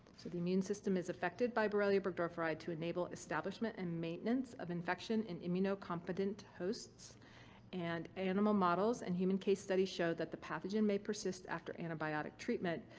the immune system is affected by borrelia burgdorferi to enable establishment and maintenance of infection in immunocompetent hosts and animal models and human case study show that the pathogen may persist after antibiotic treatment,